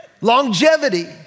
longevity